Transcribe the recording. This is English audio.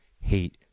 hate